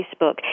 Facebook